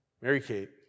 Mary-Kate